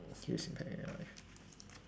huge impact on your life